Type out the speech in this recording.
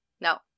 No